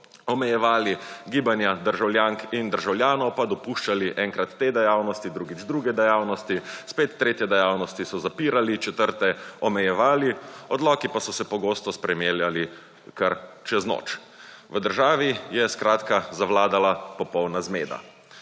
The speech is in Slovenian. omejevali gibanja državljank in državljanov pa dopuščali enkrat te dejavnosti drugič druge dejavnosti spet tretje dejavnosti so zapirali četrte omejevali odloki pa so se pogosto spreminjali kar čez noč. V državi je skratka zavladala popolna zmeda.